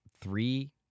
three